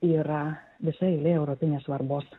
yra visa eilė europinės svarbos